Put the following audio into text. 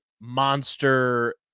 monster